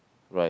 right